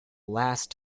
last